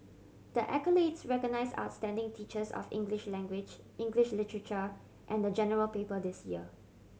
the accolades recognise outstanding teachers of English language English literature and the General Paper this year